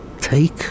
take